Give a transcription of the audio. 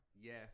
Yes